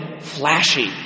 flashy